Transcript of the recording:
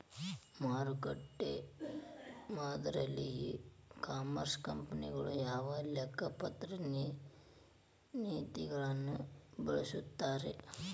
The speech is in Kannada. ಮಾರುಕಟ್ಟೆ ಮಾದರಿಯಲ್ಲಿ ಇ ಕಾಮರ್ಸ್ ಕಂಪನಿಗಳು ಯಾವ ಲೆಕ್ಕಪತ್ರ ನೇತಿಗಳನ್ನ ಬಳಸುತ್ತಾರಿ?